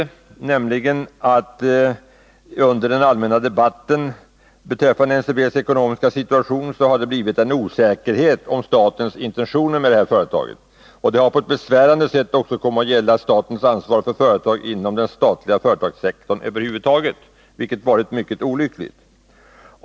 Under den allmänna debatten kring NCB:s ekonomiska situation har skapats en osäkerhet om statens intentioner med detta företag. Denna osäkerhet har på ett besvärande sätt också kommit att gälla statens ansvar för företag inom den statliga företagssektorn över huvud taget, vilket varit mycket olyckligt.